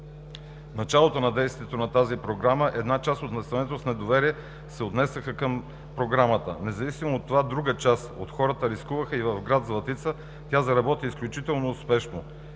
в началото на действието на тази Програма една част от населението с недоверие се отнесоха към нея. Независимо от това друга част от хората рискуваха и в гр. Златица тя заработи изключително успешно.